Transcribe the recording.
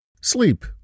Sleep